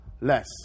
less